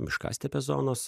miškastepės zonos